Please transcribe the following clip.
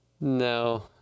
No